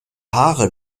haare